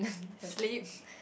sleep